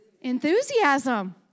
Enthusiasm